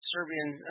Serbian